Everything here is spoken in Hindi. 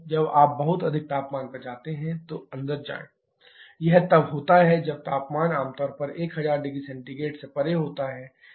जब आप बहुत अधिक तापमान पर जाते हैं तो अंदर जाएं CO2 → C O2 यह तब होता है जब तापमान आमतौर पर 1000 0C से परे होता है